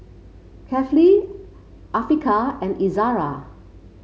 Kefli Afiqah and Izara